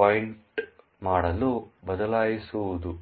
point ಮಾಡಲು ಬದಲಾಯಿಸುವುದು